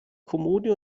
kommode